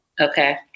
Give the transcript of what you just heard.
okay